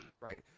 right